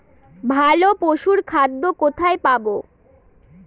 ভালো পশুর খাদ্য কোথায় পাবো?